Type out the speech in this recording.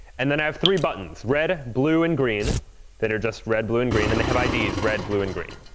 and then i have three buttons red, blue, and green that are just red, blue, and green. and they have ids red, blue, and green.